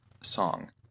song